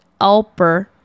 Alper